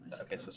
Okay